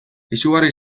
izugarri